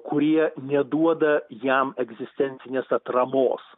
kurie neduoda jam egzistencinės atramos